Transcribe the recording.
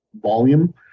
volume